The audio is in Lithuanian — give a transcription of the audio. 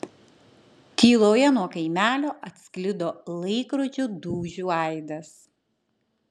tyloje nuo kaimelio atsklido laikrodžio dūžių aidas